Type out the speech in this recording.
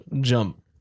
jump